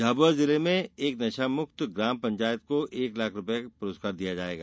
झाबुआ जिले में एक नशामुक्त ग्राम पंचायत को एक लाख रूपये पुरस्कार दिया जायेगा